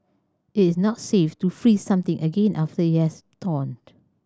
it is not safe to freeze something again after it has thawed